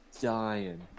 dying